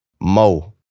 Mo